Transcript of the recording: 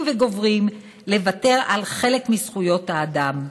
וגוברים לוותר על חלק מזכויות האדם.